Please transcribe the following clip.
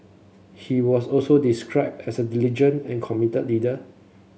he was also described as diligent and committed leader